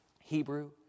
Hebrew